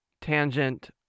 tangent